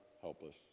helpless